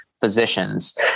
physicians